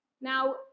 Now